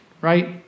right